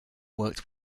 worked